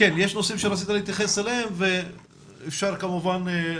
נושאים שרצית להתייחס אליהם, ואפשר כמובן גם